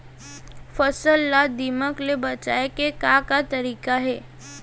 फसल ला दीमक ले बचाये के का का तरीका हे?